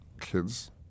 kids